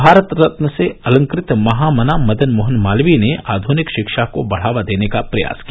भारत रत्न से अलंकृत महामना मदन मोहन मालवीय ने आधुनिक शिक्षा को बढ़ावा देने का प्रयास किया